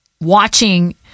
watching